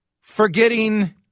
forgetting